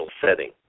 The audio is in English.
setting